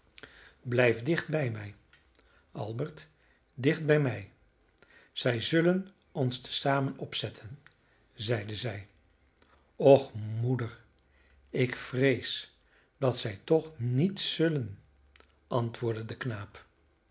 blijf dicht bij mij albert dicht bij mij zij zullen ons te zamen opzetten zeide zij och moeder ik vrees dat zij toch niet zullen antwoordde de knaap